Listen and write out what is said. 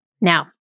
Now